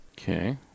Okay